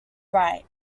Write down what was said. right